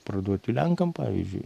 parduoti lenkam pavyzdžiui